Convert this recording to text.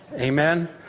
Amen